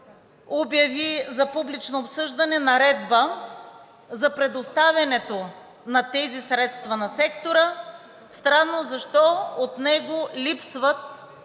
обяви за публично обсъждане наредба за предоставянето на тези средства на сектора. Странно защо от него липсват